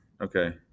Okay